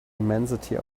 immensity